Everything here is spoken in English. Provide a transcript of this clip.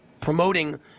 promoting